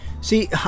See